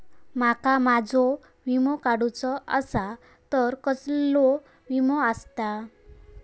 माका माझो विमा काडुचो असा तर कसलो विमा आस्ता?